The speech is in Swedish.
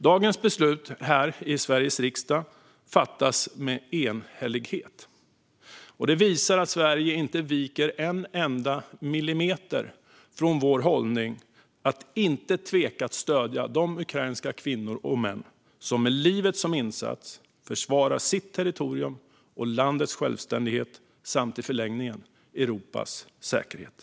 Dagens beslut här i Sveriges riksdag fattas med enhällighet. Det visar att vi i Sverige inte viker en enda millimeter från vår hållning att inte tveka att stödja de ukrainska kvinnor och män som med livet som insats försvarar sitt territorium och landets självständighet samt i förlängningen Europas säkerhet.